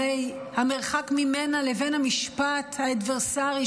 הרי המרחק ממנה לבין המשפט האדברסרי,